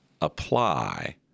Apply